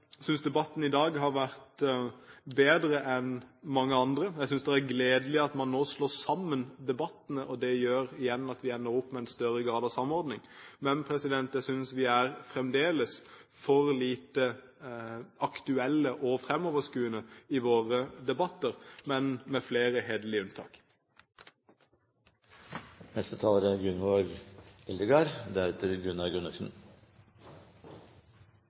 synes det er gledelig at man nå slår sammen debattene, og det gjør igjen at vi ender opp med en større grad av samordning. Men jeg synes fremdeles vi er for lite aktuelle og framoverskuende i våre debatter, men med flere